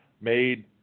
made